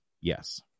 Yes